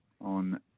on